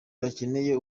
bakeneye